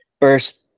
First